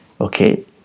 Okay